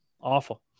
Awful